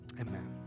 Amen